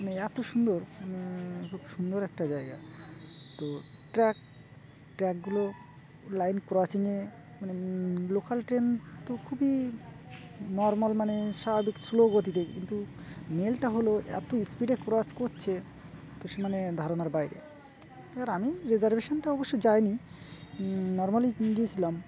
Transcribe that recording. মানে এতো সুন্দর খুব সুন্দর একটা জায়গা তো ট্র্যাক ট্র্যাকগুলো লাইন ক্রসিংয়ে মানে লোকাল ট্রেন তো খুবই নর্মাল মানে স্বাভাবিক স্লো গতিতে কিন্তু মেইলটা হলো এত স্পিডে ক্রস করছে তো সে মানে ধারণার বাইরে এবার আমি রিজার্ভেশনটা অবশ্য যাইনি নর্মালই গিয়েছিলাম